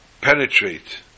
penetrate